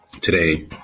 Today